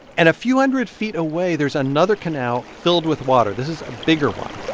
and a few hundred feet away, there's another canal filled with water. this is a bigger one.